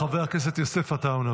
חבר הכנסת יוסף עטאונה,